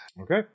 Okay